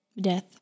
Death